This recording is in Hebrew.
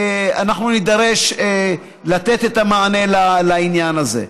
אנחנו נידרש לתת את המענה לעניין הזה.